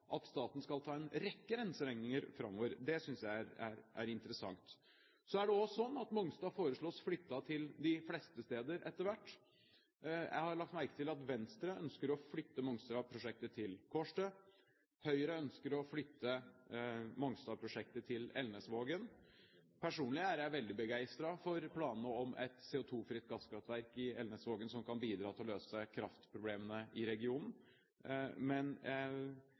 at staten skal ta en rekke renseregninger framover. Det synes jeg er interessant. Så er det også sånn at Mongstad foreslås flyttet til de fleste steder etter hvert. Jeg har lagt merke til at Venstre ønsker å flytte Mongstad-prosjektet til Kårstø. Høyre ønsker å flytte Mongstad-prosjektet til Elnesvågen. Personlig er jeg veldig begeistret for planene om et CO2-fritt gasskraftverk i Elnesvågen som kan bidra til å løse kraftproblemene i regionen, men jeg